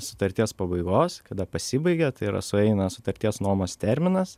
sutarties pabaigos kada pasibaigia tai yra sueina sutarties nuomos terminas